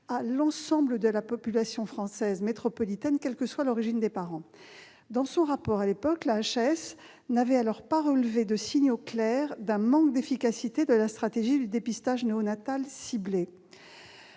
à l'ensemble de la population, quelle que soit l'origine des parents. Dans son rapport, cette dernière n'avait pas relevé de signaux clairs d'un manque d'efficacité de la stratégie du dépistage néonatal ciblé.